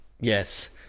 Yes